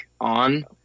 on